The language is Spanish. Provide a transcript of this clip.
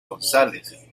gonzález